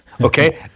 okay